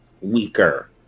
weaker